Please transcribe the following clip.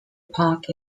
park